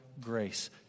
grace